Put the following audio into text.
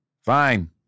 Fine